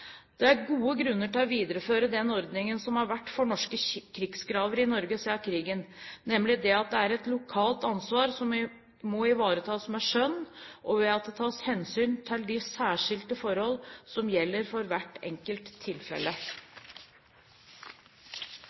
Det er gode grunner til å videreføre den ordningen som har vært for norske krigsgraver i Norge siden krigen, nemlig at det er et lokalt ansvar som må ivaretas med skjønn, og ved at det tas hensyn til de særskilte forhold som gjelder for hvert enkelt tilfelle.